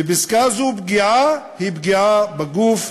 בפסקה זו פגיעה היא פגיעה בגוף,